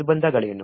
ನಿರ್ಬಂಧಗಳೇನು